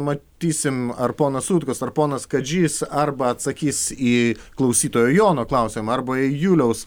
matysim ar ponas sutkus ar ponas kadžys arba atsakys į klausytojo jono klausimą arba į juliaus